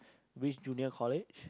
which junior college